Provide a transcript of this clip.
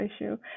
issue